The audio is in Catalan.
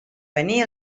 venir